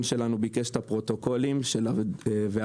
שלנו ביקש את הפרוטוקולים של הוועדה.